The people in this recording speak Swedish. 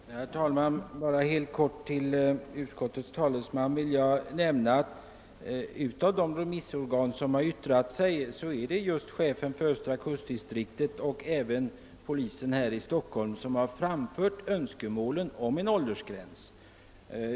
Herr talman! Jag vill helt kort påpeka för utskottets talesman, att av de remissinstanser som yttrat sig är det just chefen för östra kustdistriktet och polischefen i Stockholms polisdistrikt som framfört önskemål om en åldersgräns.